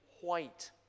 white